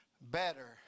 better